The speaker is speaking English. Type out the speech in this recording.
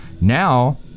Now